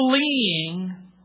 fleeing